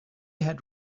had